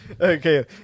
Okay